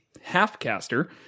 half-caster